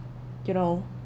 you know